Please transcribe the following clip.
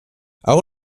auch